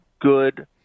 good